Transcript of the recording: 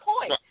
point